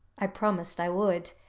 i promised i would.